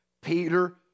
Peter